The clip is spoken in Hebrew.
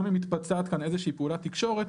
גם אם מתבצעת כאן איזושהי פעולת תקשורת,